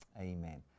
Amen